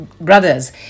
brothers